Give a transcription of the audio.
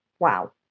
Wow